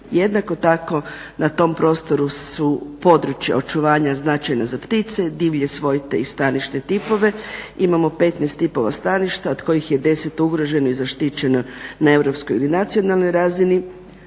Jednako tako na tom prostoru su područja očuvanja značajna za ptice, divlje svojte i stanišne tipove. Imamo 15 tipova staništa od kojih je 10 ugroženo i zaštićeno na europskoj ili nacionalnoj razini.